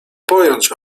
pojąć